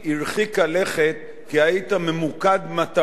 כי היית ממוקד מטרה חשובה,